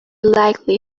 likely